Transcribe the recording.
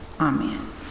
Amen